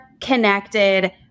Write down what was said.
connected